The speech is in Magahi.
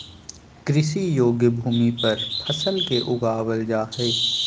कृषि योग्य भूमि पर फसल के उगाबल जा हइ